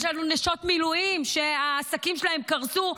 יש לנו נשות מילואימניקים שהעסקים שלהן קרסו,